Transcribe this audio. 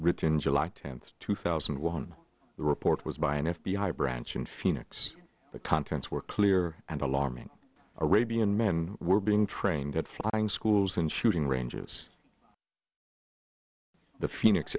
written july tenth two thousand and one the report was by an f b i branch in phoenix the contents were clear and alarming arabian men were being trained at flying schools and shooting ranges the phoenix